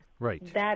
Right